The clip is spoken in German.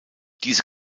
diese